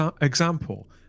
example